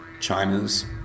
China's